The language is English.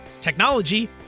technology